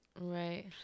Right